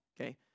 okay